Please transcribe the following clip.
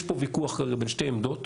יש פה ויכוח כרגע בין שתי עמדות,